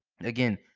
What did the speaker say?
again